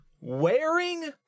wearing